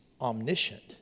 omniscient